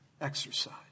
exercise